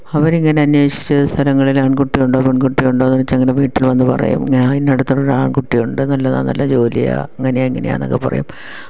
അവരിങ്ങനെ അന്വേഷിച്ച് സ്ഥലങ്ങളിൽ ആണ്കുട്ടി ഉണ്ടോ പെണ്കുട്ടി ഉണ്ടോന്ന് ചോദിച്ച് അങ്ങനെ വീട്ടിൽ വന്ന് പറയും ഞാൻ ഇന്നടത്തുള്ളൊരു ആണ്കുട്ടിയുണ്ട് നല്ലതാണ് നല്ല ജോലിയാണ് അങ്ങനെയാണ് ഇങ്ങനെയാന്നൊക്കെ പറയും